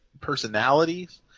personalities